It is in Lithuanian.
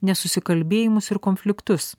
nesusikalbėjimus ir konfliktus